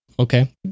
Okay